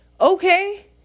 okay